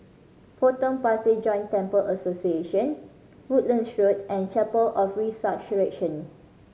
Potong Pasir Joint Temple Association Woodlands Road and Chapel of the Resurrection